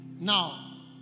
Now